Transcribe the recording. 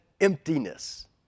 emptiness